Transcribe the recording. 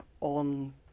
on